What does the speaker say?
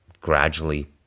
gradually